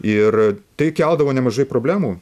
ir tai keldavo nemažai problemų